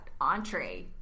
entree